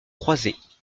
croisées